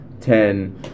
ten